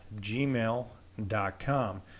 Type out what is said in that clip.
gmail.com